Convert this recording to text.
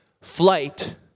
flight